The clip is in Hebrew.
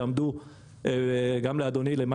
גם לאדוני,